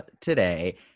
today